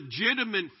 legitimate